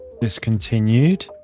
discontinued